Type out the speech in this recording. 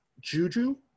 Juju